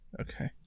Okay